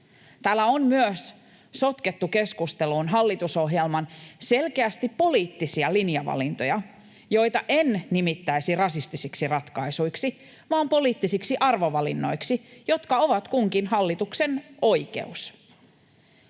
Täällä on myös sotkettu keskusteluun hallitusohjelman selkeästi poliittisia linjavalintoja, joita en nimittäisi rasistisiksi ratkaisuiksi, vaan poliittisiksi arvovalinnoiksi, jotka ovat kunkin hallituksen oikeus.